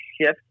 shift